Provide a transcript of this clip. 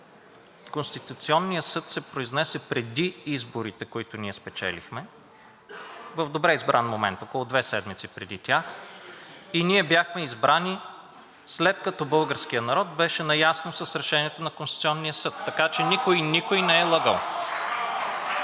Конституционният съд се произнесе преди изборите, които ние спечелихме, в добре избран момент – около две седмици преди тях, и ние бяхме избрани, след като българският народ беше наясно с Решението на Конституционния съд, така че никой никого не е лъгал.